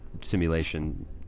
simulation